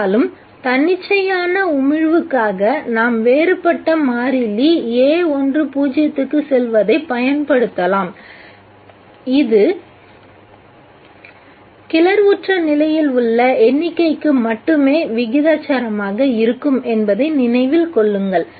இருந்தாலும் தன்னிச்சையான உமிழ்வுக்காக நாம் வேறுபட்ட மாறிலி யைப் பயன்படுத்தலாம் இது கிளர்வுற்ற நிலையில் உள்ள எண்ணிக்கைக்கு மட்டுமே விகிதாசாரமாக இருக்கும் என்பதை நினைவில் கொள்ளுங்கள்